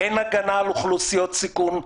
אין הגנה על אוכלוסיות סיכון,